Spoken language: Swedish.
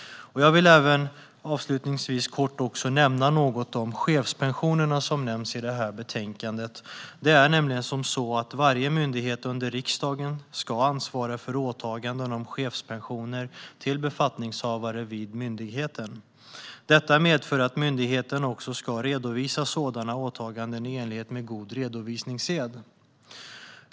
Jag vill avslutningsvis kort nämna något om chefspensionerna. Varje myndighet under riksdagen ska ansvara för åtaganden om chefspensioner till befattningshavare vid myndigheten. Detta medför att myndigheten också ska redovisa sådana åtaganden i enlighet med god redovisningssed.